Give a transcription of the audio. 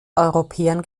europäern